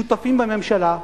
שותפים בממשלה.